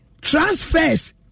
Transfers